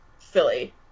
Philly